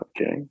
okay